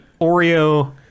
Oreo